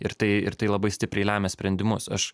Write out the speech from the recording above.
ir tai ir tai labai stipriai lemia sprendimus aš